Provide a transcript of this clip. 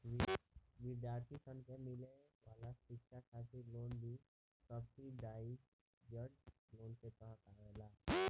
विद्यार्थी सन के मिले वाला शिक्षा खातिर कर्जा भी सब्सिडाइज्ड लोन के तहत आवेला